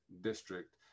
district